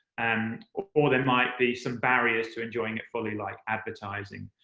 and or or there might be some barriers to enjoying it fully, like advertising.